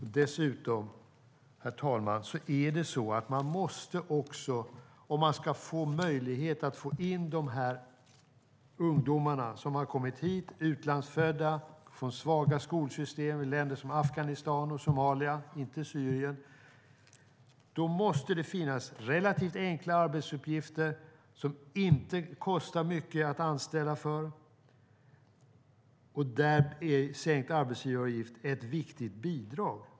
Herr talman! Om det ska var möjligt att få in i arbete de utlandsfödda ungdomarna från svaga skolsystem i länder som Afghanistan och Somalia - inte Syrien - måste det finnas relativt enkla arbetsuppgifter där det inte kostar mycket att anställa. Där är sänkt arbetsgivaravgift ett viktigt bidrag.